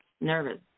nervous